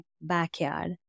backyard